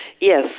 Yes